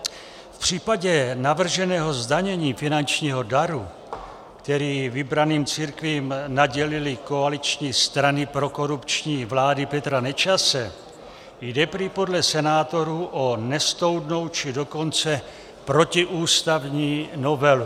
V případě navrženého zdanění finančního daru, který vybraným církvím nadělily koaliční strany prokorupční vlády Petra Nečase, jde prý podle senátorů o nesoudnou, či dokonce protiústavní novelu.